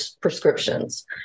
prescriptions